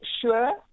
sure